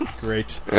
Great